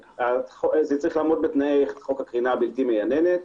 זה צריך לעמוד בתנאי חוק הקרינה הבלתי מייננת.